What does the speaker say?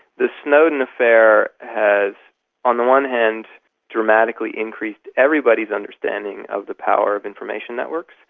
the snowden affair has on the one hand dramatically increased everybody's understanding of the power of information networks,